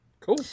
Cool